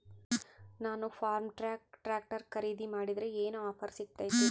ನಾನು Farmtrac tractor ಖರೇದಿ ಮಾಡಿದ್ರೆ ಏನು ಆಫರ್ ಸಿಗ್ತೈತಿ?